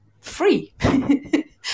free